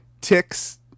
ticks